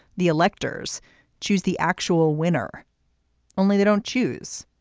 the electors choose the actual winner only they don't choose.